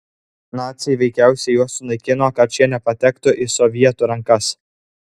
naciai veikiausiai juos sunaikino kad šie nepatektų į sovietų rankas